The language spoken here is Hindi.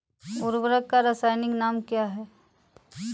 उर्वरक का रासायनिक नाम क्या है?